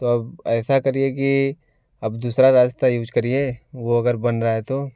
तो अब ऐसा करिए कि अब दूसरा रास्ता यूज करिए वह अगर बन रहा है तो